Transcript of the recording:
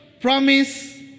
promise